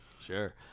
Sure